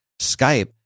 Skype